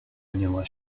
anioła